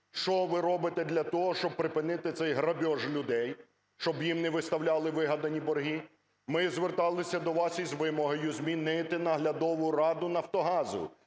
Що ви робите для того, щоб припинити цей грабіж людей, щоб їм не виставляли вигадані борги? Ми зверталися до вас із вимогою змінити наглядову раду "Нафтогазу".